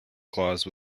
clause